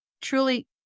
truly